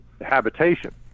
habitation